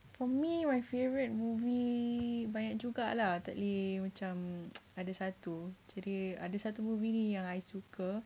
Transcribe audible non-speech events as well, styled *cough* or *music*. for me my favourite movie banyak juga lah tapi macam *noise* ada satu jadi ada satu movie ni yang I suka